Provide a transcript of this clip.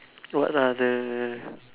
what are the